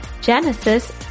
Genesis